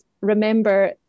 remember